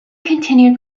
continued